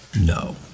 no